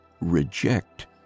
reject